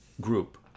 group